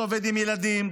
שעובד עם ילדים,